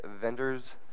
vendor's